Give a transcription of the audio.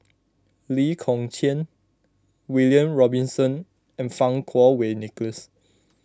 Lee Kong Chian William Robinson and Fang Kuo Wei Nicholas